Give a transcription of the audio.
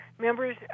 members